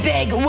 Big